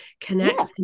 connects